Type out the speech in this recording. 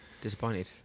Disappointed